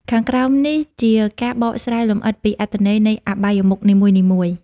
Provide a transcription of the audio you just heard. ខាងក្រោមនេះជាការបកស្រាយលម្អិតពីអត្ថន័យនៃអបាយមុខនីមួយៗ។